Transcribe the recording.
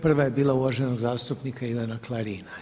Prva je bila uvaženog zastupnika Ivana Klarina.